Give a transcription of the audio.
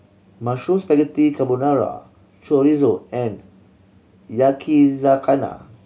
Mushroom Spaghetti Carbonara Chorizo and Yakizakana